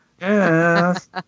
Yes